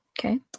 Okay